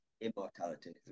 immortality